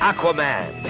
Aquaman